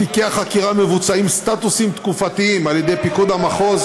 בתיקי החקירה מבוצעים סטטוסים תקופתיים על ידי פיקוד המחוז.